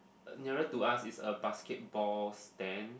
nearer to us is a basketball stand